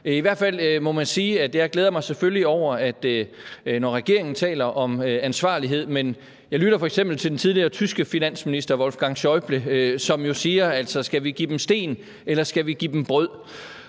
glæder mig over det, når regeringen taler om ansvarlighed, men jeg lytter f.eks. til den tidligere tyske finansminister Wolfgang Schaüble, som jo siger: Skal vi give dem sten, eller skal